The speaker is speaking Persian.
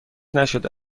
نشده